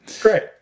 Great